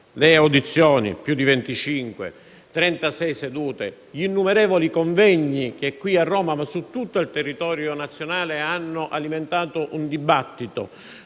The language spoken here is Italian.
25 audizioni, 36 sedute, innumerevoli convegni, che qui a Roma e su tutto il territorio nazionale hanno alimentato un dibattito,